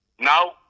Now